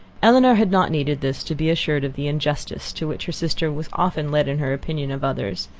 elinor had not needed this to be assured of the injustice to which her sister was often led in her opinion of others,